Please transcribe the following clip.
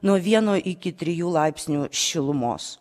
nuo vieno iki trijų laipsnių šilumos